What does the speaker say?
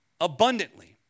abundantly